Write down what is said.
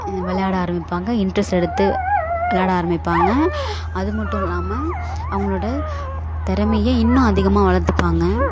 விளையாட ஆரம்பிப்பாங்க இன்ட்ரஸ்ட் எடுத்து விளையாட ஆரம்பிப்பாங்க அது மட்டும் இல்லாமல் அவங்களோடய திறமைய இன்னும் அதிகமாக வளர்த்துப்பாங்க